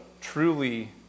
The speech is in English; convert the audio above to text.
truly